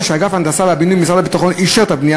שאגף ההנדסה והבינוי במשרד הביטחון אישר את הבנייה